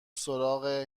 سراغ